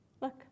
Look